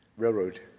Railroad